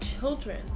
children